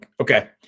Okay